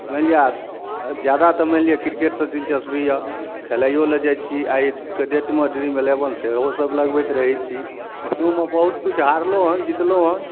मानि लिअ जादा तऽ मानि लिअ क्रिकेट सऽ दिलचस्पी यऽ खेलाइयो लए जाइ छी आइके डेटमे ड्रीम एलेवन सेहो सब लगबैत रहै छी ओहिमे बहुत किछु हारलहुॅं हँ जीतलहुॅं हँ